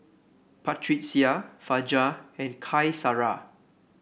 Batrisya Fajar and Qaisara